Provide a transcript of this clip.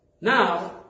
now